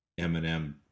Eminem